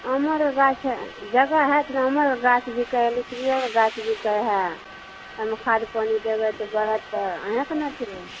अमरो गाछ है जगह है तऽ अमरो गाछ बिकै लीचियो गाछ बिकै हइ एहिमे खाद पानि देबै तऽ बढ़त तऽ अहींके ने अथि